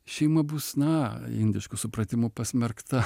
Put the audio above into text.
šeima bus na indišku supratimu pasmerkta